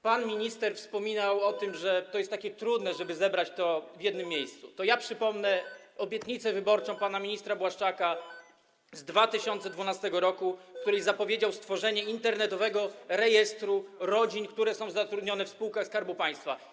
Pan minister wspominał o tym, że to jest takie trudne, żeby zebrać to w jednym miejscu, to przypomnę obietnicę wyborczą pana ministra Błaszczaka z 2012 r., który zapowiedział stworzenie internetowego rejestru rodzin, które są zatrudnione w spółkach Skarbu Państwa.